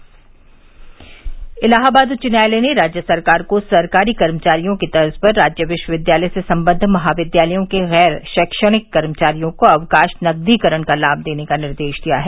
अवकाश नकदीकरण इलाहाबाद उच्च न्यायालय ने राज्य सरकार को सरकारी कर्मचारियों की तर्ज़ पर राज्य विश्वविद्यालय से संबद्व महाविद्यालयों के गैर शैक्षणिक कर्मचारियों को अवकाश नकदीकरण का लाभ देने का निर्देश दिया है